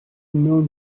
known